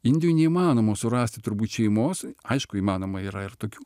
indijoj neįmanoma surasti turbūt šeimos aišku įmanoma yra ir tokių